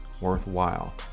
worthwhile